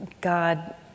God